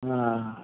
ஆ